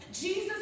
Jesus